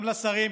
גם לשרים,